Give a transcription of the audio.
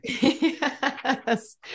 Yes